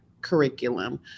curriculum